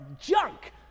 junk